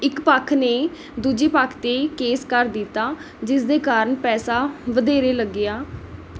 ਇੱਕ ਪੱਖ ਨੇ ਦੂਜੇ ਪੱਖ 'ਤੇ ਕੇਸ ਕਰ ਦਿੱਤਾ ਜਿਸ ਦੇ ਕਾਰਨ ਪੈਸਾ ਵਧੇਰੇ ਲੱਗਿਆ